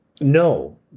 No